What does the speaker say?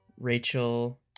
Rachel